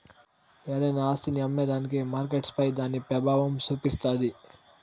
ఏదైనా ఆస్తిని అమ్మేదానికి మార్కెట్పై దాని పెబావం సూపిస్తాది